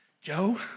Joe